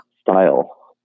style